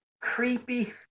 creepy